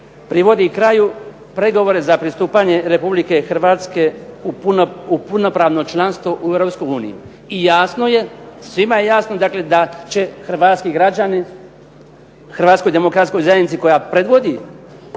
privodi kraju pregovore za pristupanje Republike Hrvatske u punopravno članstvo u Europskoj uniji. I jasno je, svima je jasno dakle da će hrvatski građani Hrvatskoj demokratskoj zajednici koja predvodi